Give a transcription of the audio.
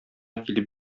килеп